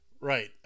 Right